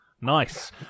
Nice